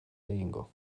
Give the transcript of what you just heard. egingo